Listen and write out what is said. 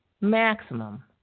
maximum